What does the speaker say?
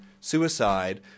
suicide